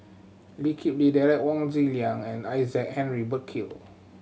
Lee Kip Lee Derek Wong Zi Liang and Isaac Henry Burkill